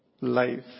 life